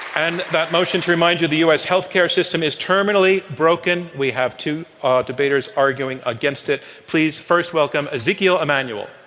and that motion, to remind you, the us healthcare system is terminally broken. we have two ah debaters arguing against it. please first welcome ezekiel emanuel.